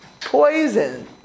Poison